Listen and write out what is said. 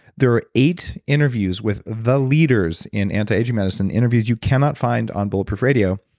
there are eight interviews with the leaders in antiaging medicine, interviews you cannot find on bulletproof radio,